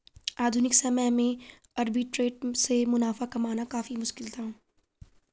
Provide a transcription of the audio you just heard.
आधुनिक समय में आर्बिट्रेट से मुनाफा कमाना काफी मुश्किल है